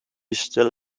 still